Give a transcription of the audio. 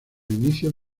inicios